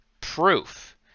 proof